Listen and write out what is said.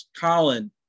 Colin